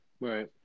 Right